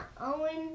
Owen